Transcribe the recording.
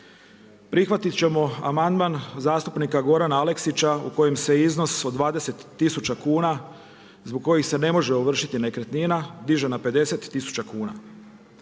prihvatit ćemo amandman zastupnika Gorana Aleksića u kojem se iznos od 20 tisuća kuna zbog kojih se ne može ovršiti nekretnina diže na 50 tisuća kuna.